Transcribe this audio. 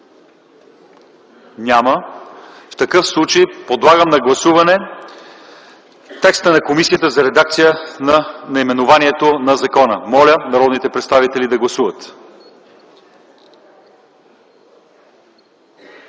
Няма. В такъв случай подлагам на гласуване текста на комисията за редакция на наименованието на закона. Моля народните представители да гласуват.